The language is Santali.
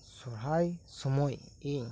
ᱥᱚᱦᱨᱟᱭ ᱥᱩᱢᱟᱹᱭ ᱤᱧ